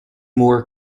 moor